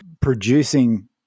producing